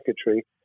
secretary